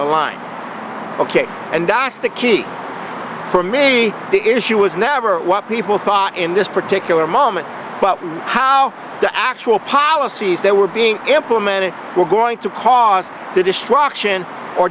the line ok and i asked the key for me the issue was never what people thought in this particular moment but how the actual policies that were being implemented were going to cause the destruction or